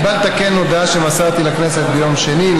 אני בא לתקן את ההודעה שמסרתי לכנסת ביום שני.